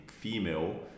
female